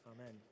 Amen